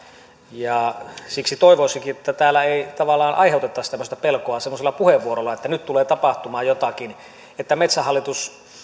ja siksi toivoisinkin että täällä ei tavallaan aiheutettaisi tämmöistä pelkoa semmoisella puheenvuorolla että nyt tulee tapahtumaan jotakin että metsähallitus